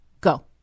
Go